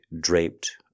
draped